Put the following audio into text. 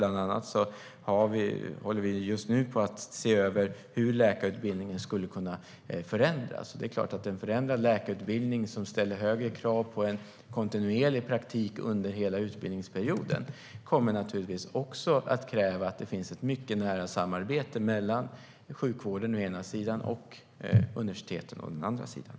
Bland annat håller vi just nu på att se över hur läkarutbildningen skulle kunna förändras. Och det är klart att en förändrad läkarutbildning som ställer högre krav på kontinuerlig praktik under hela utbildningsperioden också kommer att kräva att det finns ett mycket nära samarbete mellan sjukvården å ena sidan och universiteten å andra sidan.